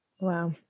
Wow